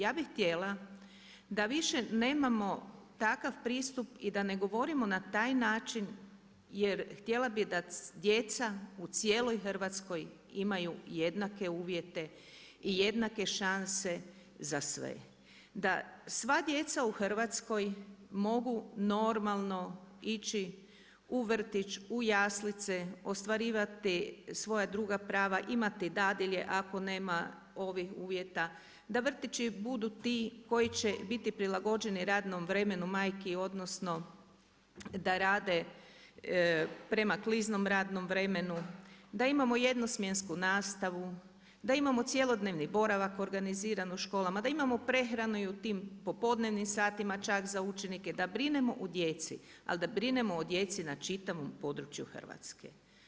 Ja bi htjela da više nemamo takav pristup i da ne govorimo na taj način jer htjela bi da djeca u cijeloj Hrvatskoj imaju jednake uvjete i jednake šanse za sve, da sva djeca u Hrvatskoj mogu normalno ići u vrtić, u jaslice, ostvarivati svoja druga prava, imati dadilje ako nema ovih uvjeta, da vrtići budu ti koji će biti prilagođeni radnom vremenu majki odnosno da rade prema kliznom radnom vremenu, da imamo jednosmjensku nastavu, da imamo cjelodnevni boravak organiziran u školama, da imamo prehranu i u tim popodnevnim satima čak za učenike, da brinemo o djeci, ali da brinemo o djeci na čitavom području Hrvatske.